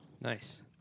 Nice